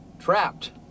Trapped